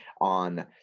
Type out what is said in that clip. on